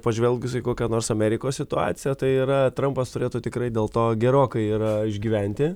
pažvelgus į kokią nors amerikos situaciją tai yra trampas turėtų tikrai dėl to gerokai ir išgyventi